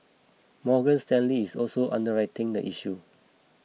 Morgan Stanley is also underwriting the issue